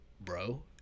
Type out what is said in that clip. bro